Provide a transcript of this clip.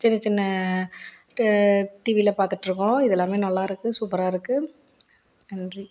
சின்ன சின்ன டி டிவியில் பார்த்துட்ருக்கோம் இதலாமே நல்லா இருக்குது சூப்பராக இருக்குது நன்றி